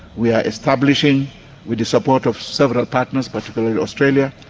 we are establishing with the support of several partners, particularly australia,